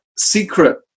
secret